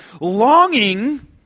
longing